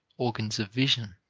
organs of vision.